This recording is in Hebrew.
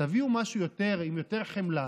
תביאו משהו עם יותר חמלה.